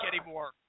anymore